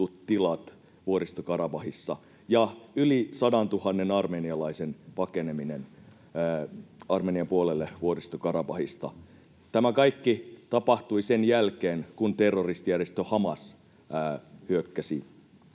tilat Vuoristo-Karabahissa ja yli 100 000 armenialaisen pakeneminen Armenian puolelle Vuoristo-Karabahista. Tämä kaikki tapahtui sen jälkeen, kun terroristijärjestö Hamas hyökkäsi